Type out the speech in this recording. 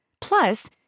Plus